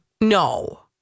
No